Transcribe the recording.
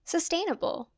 Sustainable